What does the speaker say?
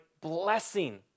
blessing